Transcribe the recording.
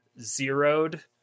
zeroed